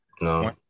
No